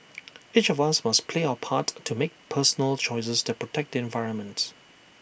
each of us must play our part to make personal choices that protect the environment